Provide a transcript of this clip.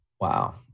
Wow